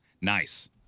Nice